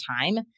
time